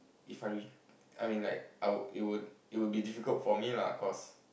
If I re I mean like I would it would it would be difficult for me lah cause